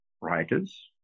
writers